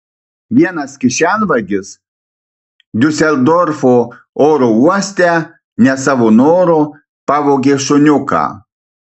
vienas kišenvagis diuseldorfo oro uoste ne savo noru pavogė šuniuką